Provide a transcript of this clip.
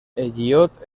elliott